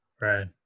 Right